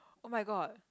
oh-my-god